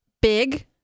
big